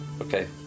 Okay